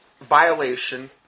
violation